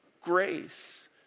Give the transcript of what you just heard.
grace